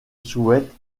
souhaite